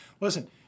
listen